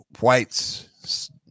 whites